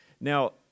Now